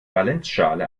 valenzschale